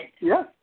Yes